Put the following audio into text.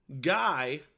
Guy